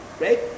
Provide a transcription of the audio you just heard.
right